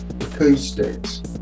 acoustics